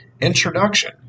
Introduction